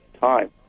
time